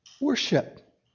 worship